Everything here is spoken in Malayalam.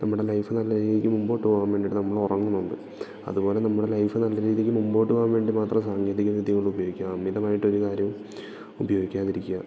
നമ്മുടെ ലൈഫ് നല്ല രീതിക്ക് മുമ്പോട്ട് പോകാൻ വേണ്ടിയിട്ട് നമ്മള് ഉറങ്ങുന്നുണ്ട് അതുപോലെ നമ്മുടെ ലൈഫ് നല്ല രീതിക്ക് മുമ്പോട്ട് പോകാൻ വേണ്ടി മാത്രം സാങ്കേതിക വിദ്യകൾ ഉപയോഗിക്കുക അമിതമായിട്ട് ഒരു കാര്യവും ഉപയോഗിക്കാതിരിക്കുക